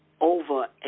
over